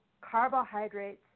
carbohydrates